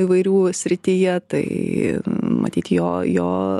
įvairių srityje tai matyt jo jo